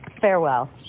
Farewell